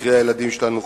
קרי הילדים שלנו,